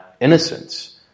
innocence